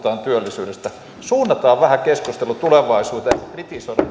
työllisyydestä suunnataan vähän keskustelua tulevaisuuteen eikä kritisoida